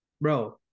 Bro